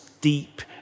deep